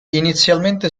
inizialmente